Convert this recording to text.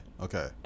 Okay